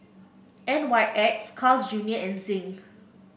N Y X Carl's Junior and Zinc